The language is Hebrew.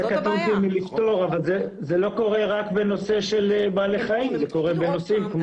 זה לא קורה רק בנושא בעלי חיים אלא גם בנושאים אחרים כמו: